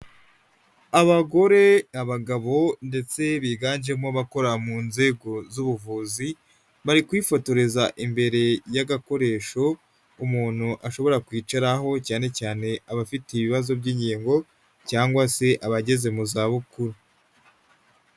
Abagore, abagabo ndetse biganjemo abakora mu nzego z'ubuvuzi bari kwifotoreza imbere y'agakoresho umuntu ashobora kwicaraho cyane cyane abafite ibibazo by'inkingo cyangwa se abageze mu zabukuru.